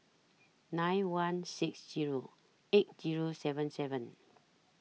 nine one six Zero eight Zero seven seven